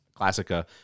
classica